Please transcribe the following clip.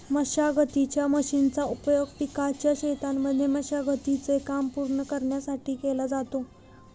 मशागतीच्या मशीनचा उपयोग पिकाच्या शेतांमध्ये मशागती चे काम पूर्ण करण्यासाठी केला जातो